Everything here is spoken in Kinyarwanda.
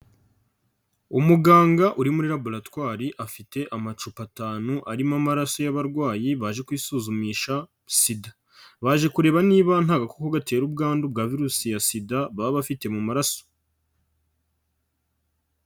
Umuganga uri muri laboratwari afite amacupa atanu arimo amaraso y'abarwayi baje kwisuzumisha Sida, baje kureba niba nta gakoko gatera ubwandu bwa virusi ya Sida baba bafite mu maraso.